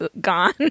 gone